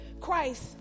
Christ